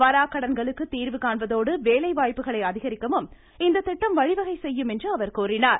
வாராக்கடன்களுக்கு தீர்வு காண்பதோடு வேலைவாய்ப்புக்களை அதிகரிக்கவும் இந்த திட்டம் வழிவகை செய்யும் என்றும் அவர் கூறினார்